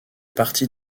partie